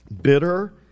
Bitter